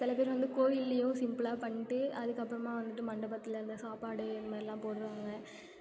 சில பேர் வந்து கோவில்லேயும் சிம்பிளாக பண்ணிட்டு அதுக்கு அப்புறமா வந்துட்டு மண்டபத்தில் அந்த சாப்பாடு அந்த மாதிரிலாம் போடுவாங்க